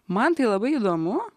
man tai labai įdomu